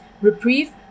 reprieve